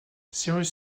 cyrus